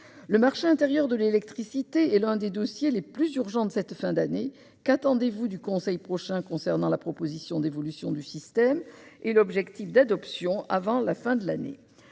Le marché intérieur de l'électricité est l'un des dossiers les plus urgents de cette fin d'année. Qu'attendez-vous du prochain Conseil européen concernant la proposition d'évolution du système et l'objectif de son adoption avant la fin de l'année ?